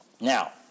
now